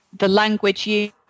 language